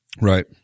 Right